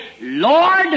Lord